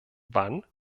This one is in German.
wann